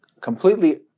completely